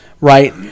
Right